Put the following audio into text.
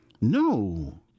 No